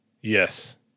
Yes